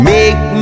Make